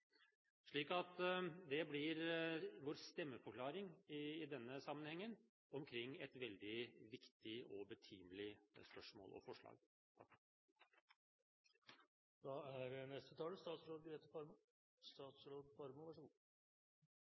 Det blir vår stemmeforklaring i denne sammenhengen omkring et veldig viktig og betimelig spørsmål og forslag. Kjernen i regjeringens politiske prosjekt er